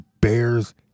Bears